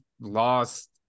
lost